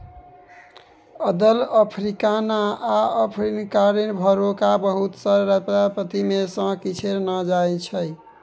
अदल, अफ्रीकाना आ अफ्रीकानेर भेराक बहुत रास प्रजाति मे सँ किछ केर नाओ छै